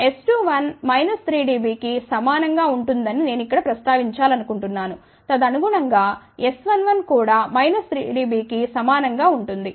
S21 minus 3 dB కి సమానంగా ఉంటుందని నేను ఇక్కడ ప్రస్తావించాలనుకుంటున్నాను తదనుగుణంగా S11 కూడా మైనస్ 3 dB కి సమానం గా ఉంటుంది